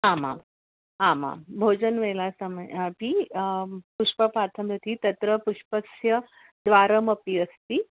आमाम् आमां भोजनवेलासमये अपि पुष्प पाथम्यति तत्र पुष्पस्य द्वारमपि अस्ति